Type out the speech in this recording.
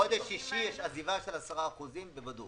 בחודש שישי יש עזיבה של 10% בבדוק,